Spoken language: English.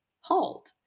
halt